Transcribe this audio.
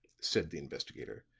said the investigator,